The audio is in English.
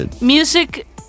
music